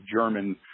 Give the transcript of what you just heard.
German